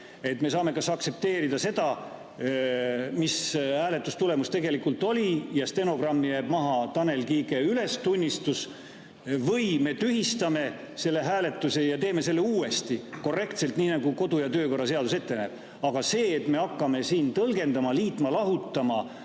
Me saame kas aktsepteerida seda, mis hääletustulemus tegelikult oli, ja stenogrammi jääb maha Tanel Kiige ülestunnistus, või me tühistame hääletuse ja teeme selle uuesti ja korrektselt, nii nagu kodu- ja töökorra seadus ette näeb. Aga see, et me hakkame siin tõlgendama, liitma ja lahutama